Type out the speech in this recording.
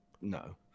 no